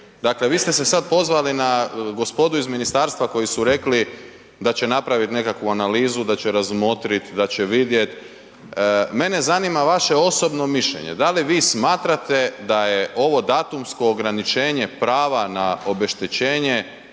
Dakle, vi ste se sad pozvali na gospodu iz ministarstva koji su rekli da će napraviti nekakvu analizu, da će razmotriti, da će vidjeti. Mene zanima vaše osobno mišljenje. Da li vi smatrate da je ovo datumsko ograničenje prava na obeštećenje